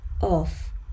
off